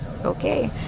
Okay